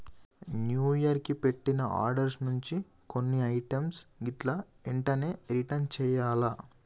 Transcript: new year కి పెట్టిన orders నుంచి కొన్ని ఐటమ్స్ గిట్లా ఎంటనే రిటర్న్ చెయ్యాల్ల